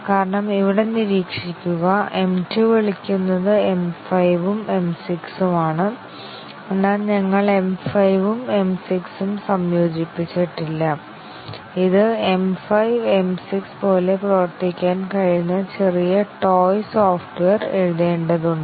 കാരണം ഇവിടെ നിരീക്ഷിക്കുക M 2 വിളിക്കുന്നത് M 5 ഉം M 6 ഉം ആണ് എന്നാൽ ഞങ്ങൾ M 5 ഉം M 6 ഉം സംയോജിപ്പിച്ചിട്ടില്ല ഇത് M 5 M 6 പോലെ പ്രവർത്തിക്കാൻ കഴിയുന്ന ചെറിയ ടോയ് സോഫ്റ്റ്വെയർ എഴുതേണ്ടതുണ്ട്